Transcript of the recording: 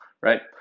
right